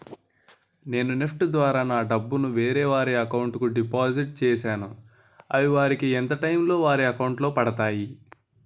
నేను నెఫ్ట్ ద్వారా నా డబ్బు ను వేరే వారి అకౌంట్ కు డిపాజిట్ చేశాను అవి వారికి ఎంత టైం లొ వారి అకౌంట్ లొ పడతాయి?